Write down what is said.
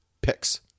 picks